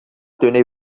tenez